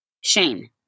Shame